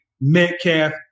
Metcalf